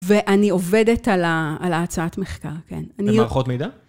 ואני עובדת על ההצעת מחקר, כן. במערכות מידע?